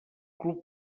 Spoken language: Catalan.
club